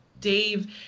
dave